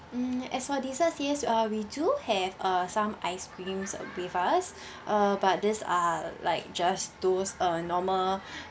mm as for desserts yes uh we do have uh some ice creams with us uh but these are like just those uh normal